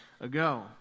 ago